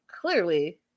clearly